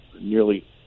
nearly